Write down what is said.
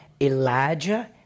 Elijah